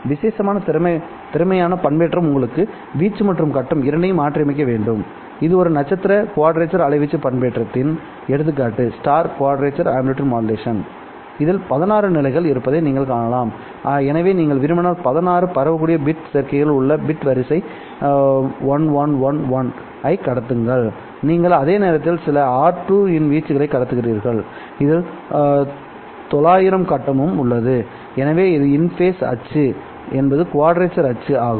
விசேஷமான திறமையான பண்பேற்றம் உங்களுக்கு வீச்சு மற்றும் கட்டம் இரண்டையும் மாற்றியமைக்க வேண்டும் இது ஒரு நட்சத்திர குவாட்ரேச்சர் அலைவீச்சு பண்பேற்றத்தின் எடுத்துக்காட்டு இதில் 16 நிலைகள் இருப்பதை நீங்கள் காணலாம் எனவே நீங்கள் விரும்பினால் 16 பரவக்கூடிய பிட் சேர்க்கைகள் உள்ளன பிட் வரிசை 1111 ஐ கடத்துங்கள் பின்னர் நீங்கள் அதே நேரத்தில் சில r2 இன் வீச்சுகளை கடத்துகிறீர்கள் இதில் 900 கட்டமும் உள்ளதுஎனவே இது இன்ஃபேஸ் அச்சு என்பது குவாட்ரேச்சர் அச்சு ஆகும்